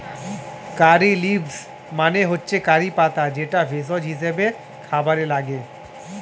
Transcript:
কারী leaves মানে হচ্ছে curry পাতা যেটা ভেষজ হিসেবে খাবারে লাগে